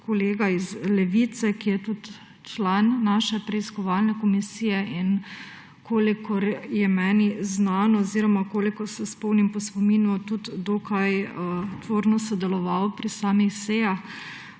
kolega iz Levice, ki je tudi član naše preiskovalne komisije. Kolikor je meni znano oziroma kolikor se spomnim po spominu, je tudi dokaj tvorno sodeloval pri samih sejah.